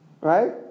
Right